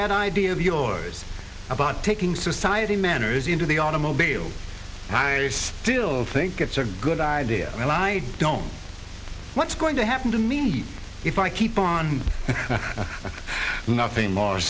that idea of yours about taking society manners into the automobile tires still think it's a good idea well i don't what's going to happen to me if i keep on